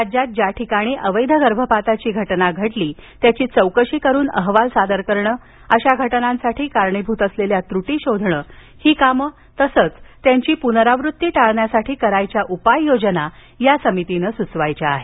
राज्यात ज्या ठिकाणी अवैध गर्भपाताची घटना घडली आहे त्यांची चौकशी करुन अहवाल सादर करणे अशा घटनांसाठी कारणीभूत असलेल्या त्र्टी शोधणे ही कामं तसंच त्यांची पुनरावृत्ती टाळण्यासाठी करायच्या उपायोजना या समितीनं स्चवायच्या आहे